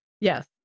yes